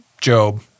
Job